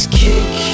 kick